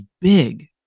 big